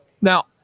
Now